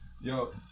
Yo